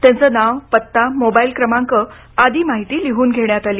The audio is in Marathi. त्यांचं नाव पत्ता मोबाइल क्रमांक आदी माहिती लिहून घेण्यात आली